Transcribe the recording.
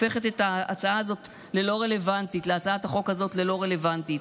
הופכת את הצעת החוק הזאת ללא רלוונטית.